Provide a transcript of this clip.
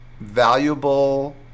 valuable